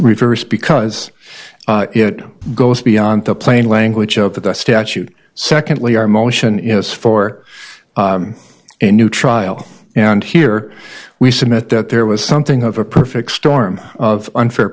reversed because it goes beyond the plain language of the statute secondly our motion is for a new trial and here we submit that there was something of a perfect storm of unfair